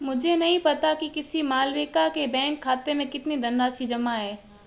मुझे नही पता कि किसी मालविका के बैंक खाते में कितनी धनराशि जमा है